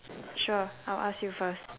sure I'll ask you first